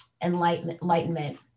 enlightenment